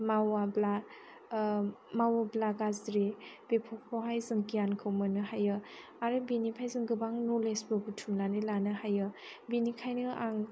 मावाब्ला मावोब्ला गाज्रि बेफोरखौहाय जों गियानखौ मोननो हायो आरो बिनिफ्राय जों गोबां न'लेजबो बुथुमनानै लानो हायो बेनिखायनो आं